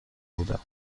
بودم